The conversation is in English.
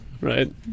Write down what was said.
Right